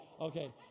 Okay